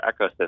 ecosystem